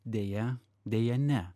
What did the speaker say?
deja deja ne